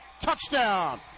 Touchdown